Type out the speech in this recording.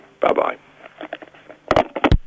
Bye-bye